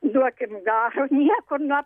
duokim garo niekur na